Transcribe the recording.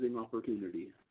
opportunity